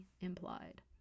implied